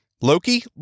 Loki